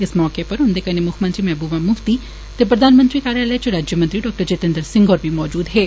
इस मौके उप्पर उन्दे कन्ने मुक्खमंत्री महबूबा मुफ्ती ते प्रधानमंत्री कार्यालय च राज्यमंत्री डाक्टर जितेन्द्र सिंह होर बी मौजूद हे